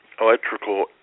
electrical